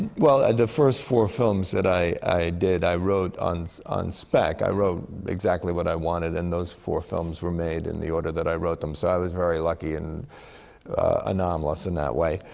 well, the first four films that i i did, i wrote on on spec. i wrote exactly what i wanted, and those four films were made in the order that i wrote them. so, i was very lucky and anomalous in that way.